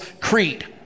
creed